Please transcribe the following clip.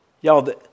Y'all